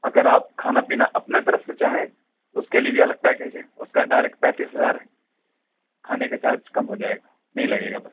اگر آپ کھانا پینا اپنے طرف سے چاہیں اُس کے لئے جی الگ پیکیج ہے اُس کا ڈائریکٹ پینتیس ہزار ہے کھانے کا چارج کم ہو جائے گا نہیں لگے گا بس